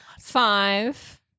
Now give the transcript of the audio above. five